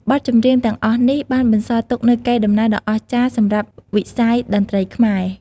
បទចម្រៀងទាំងអស់នេះបានបន្សល់ទុកនូវកេរដំណែលដ៏អស្ចារ្យសម្រាប់វិស័យតន្ត្រីខ្មែរ។